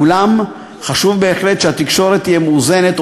אולם חשוב בהחלט שהתקשורת תהיה מאוזנת,